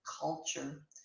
culture